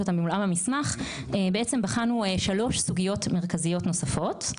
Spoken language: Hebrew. מולכם במסמך בחנו 3 סוגיות מרכזיות נוספות: